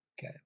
okay